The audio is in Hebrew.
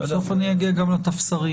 בסוף אני אגיע גם לטפסרים.